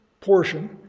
portion